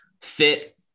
fit